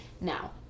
Now